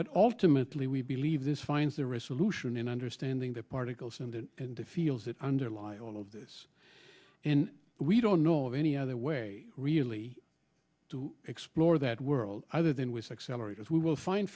but ultimately we believe this finds the risk lucian in understanding the particles and that in the fields that underlie all of this in we don't know of any other way really to explore that world other than with accelerators we will find